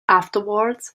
afterwards